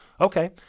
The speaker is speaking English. okay